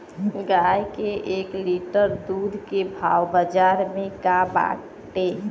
गाय के एक लीटर दूध के भाव बाजार में का बाटे?